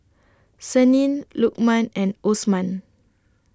Senin Lukman and Osman